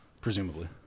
presumably